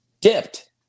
dipped